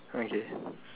okay